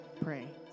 pray